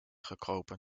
gekropen